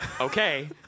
Okay